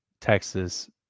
Texas